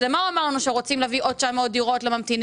אז למה הוא אמר לנו שרוצים להביא עוד 900 דירות לממתינים?